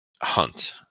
hunt